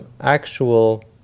actual